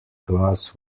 glass